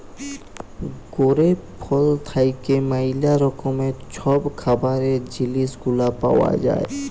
grape ফল থ্যাইকে ম্যালা রকমের ছব খাবারের জিলিস গুলা পাউয়া যায়